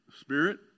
spirit